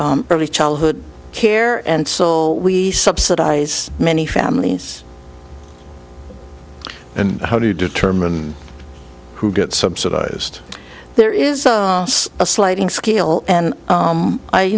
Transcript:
early childhood care and so we subsidize many families and how do you determine who gets subsidized there is a sliding scale and